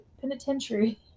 penitentiary